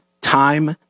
Time